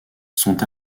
sont